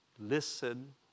Listen